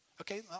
okay